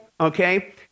okay